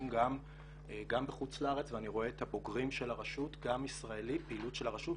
גם בחוץ-לארץ ואני רואה את הבוגרים של הפעילות של הרשות,